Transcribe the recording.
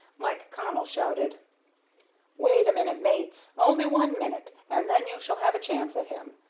mike connell shouted wait a minute, mates! only one minute, and then you shall have a chance at him.